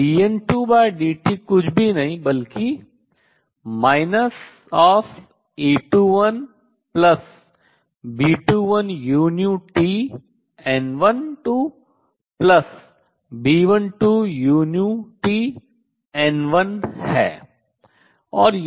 तो dN2dt कुछ भी नहीं बल्कि A21B21uTN2B12uTN1 है